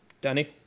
Danny